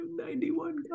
91